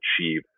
achieve